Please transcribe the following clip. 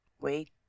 Wait